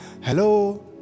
Hello